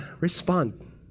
respond